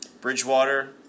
Bridgewater